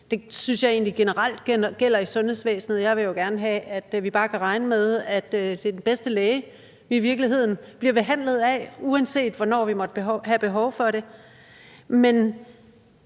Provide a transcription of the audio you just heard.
jeg egentlig generelt gælder i sundhedsvæsenet. Jeg vil jo gerne have, at vi bare kan regne med, at det er den bedste læge, vi bliver behandlet af, uanset hvornår vi måtte have behov for det. Jeg